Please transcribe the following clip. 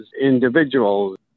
individuals